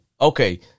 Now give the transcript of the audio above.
okay